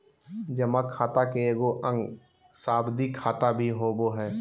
जमा खाता के एगो अंग सावधि खाता भी होबो हइ